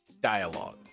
dialogue